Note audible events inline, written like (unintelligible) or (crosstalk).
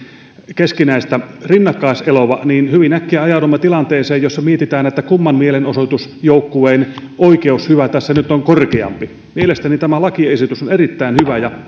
keskinäistä rinnakkaiseloa niin hyvin äkkiä ajaudumme tilanteeseen jossa mietitään kumman mielenosoitusjoukkueen oikeushyvä tässä nyt on korkeampi mielestäni tämä lakiesitys on erittäin hyvä ja (unintelligible)